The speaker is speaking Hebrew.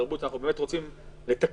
אנחנו באמת רוצים לתקן,